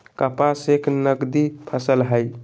कपास एक नगदी फसल हई